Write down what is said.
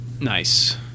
Nice